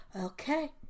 okay